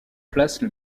place